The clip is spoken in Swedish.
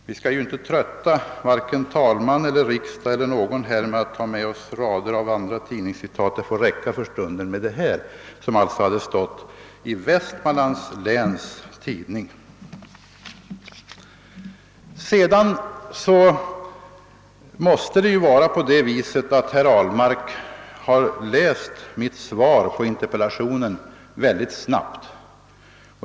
Jag skall inte trötta genom att läsa upp rader av andra tidningscitat; det får räcka med detta som alltså stått att läsa i Vestmanlands Läns Tidning. Herr Ahlmark måste ha läst mitt svar på interpellationen väldigt snabbt.